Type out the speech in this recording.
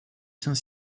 saint